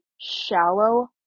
shallow